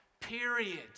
period